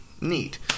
Neat